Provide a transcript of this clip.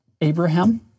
Abraham